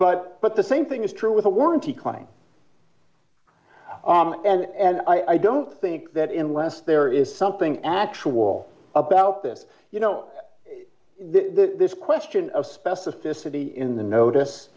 but but the same thing is true with a warranty claim and i don't think that in less there is something actual about this you know this question of specificity in the notice